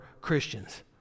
Christians